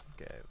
Okay